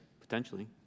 Potentially